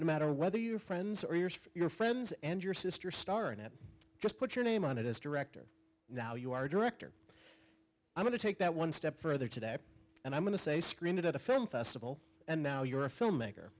no matter whether your friends or your friends and your sister star in it just put your name on it as director now you are director i'm going to take that one step further today and i'm going to say scream it at a film festival and now you're a filmmaker